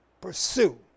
Pursue